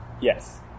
Yes